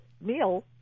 meal